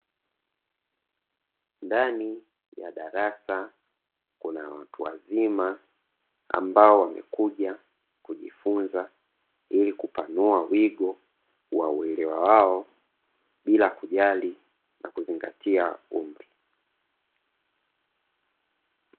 Ndani ya darasa kuna watu wazima ambao wamekuja kujifunza ili kupanua wigo wa uelewa wao, bila kujali na kuzingatia umri.